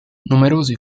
numerosi